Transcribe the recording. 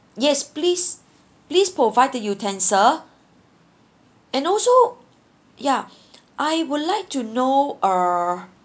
yes please please provide the utensil and also ya I would like to know uh